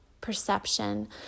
perception